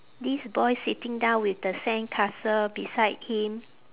this boy sitting down with the sandcastle beside him